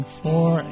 four